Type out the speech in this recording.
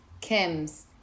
Kim's